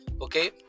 okay